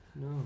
no